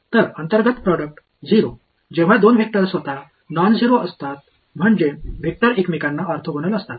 तर अंतर्गत प्रोडक्ट 0 जेव्हा दोन वेक्टर स्वतः नॉन झेरो असतात म्हणजे वेक्टर एकमेकांना ऑर्थोगोनल असतात